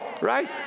right